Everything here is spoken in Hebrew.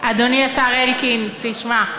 אדוני השר אלקין, תשמע,